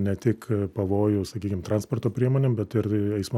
ne tik pavojų sakykim transporto priemonėm bet ir eismo